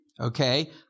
Okay